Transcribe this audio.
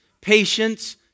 patience